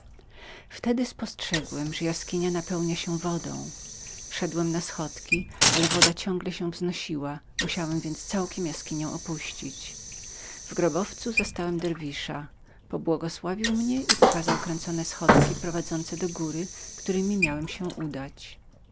wtedy spostrzegłem że jaskinia napełniała się wodą wszedłem na schodki ale woda ciągle się wznosiła musiałem więc całkiem jaskinię opuścić zastałem derwisza który pobłogosławił mnie i pokazał drugie kręcone schodki prowadzące do góry któremi miałem się udać